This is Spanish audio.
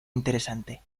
interesante